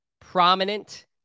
Prominent